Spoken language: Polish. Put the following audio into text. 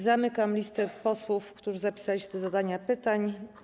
Zamykam listę posłów, którzy zapisali się do zadania pytań.